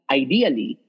ideally